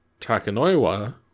Takanoiwa